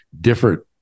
different